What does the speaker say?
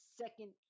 second